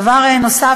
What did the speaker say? דבר נוסף,